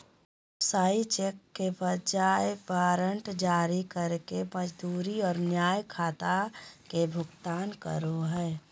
व्यवसाय चेक के बजाय वारंट जारी करके मजदूरी और अन्य खाता के भुगतान करो हइ